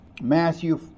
matthew